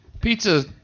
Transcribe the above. pizza